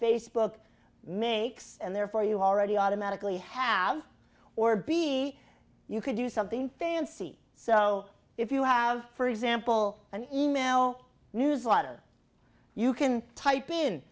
facebook makes and therefore you already automatically have or b you could do something fancy so if you have for example an e mail newsletter you can type in